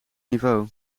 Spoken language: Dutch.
niveau